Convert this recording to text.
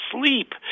sleep